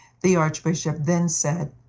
the archbishop then said,